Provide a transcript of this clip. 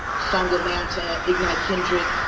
song atlanta, ignite kindred,